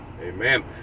amen